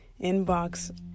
inbox